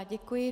Děkuji.